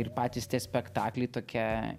ir patys tie spektakliai tokia